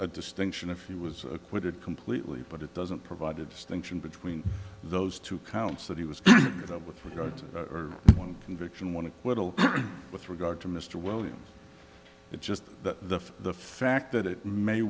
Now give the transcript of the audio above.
a distinction if he was acquitted completely but it doesn't provide a distinction between those two counts that he was about with regard to one conviction want to quibble with regard to mr williams it's just that the fact that it may